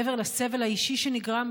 מעבר לסבל האישי שנגרם,